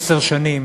עשר שנים,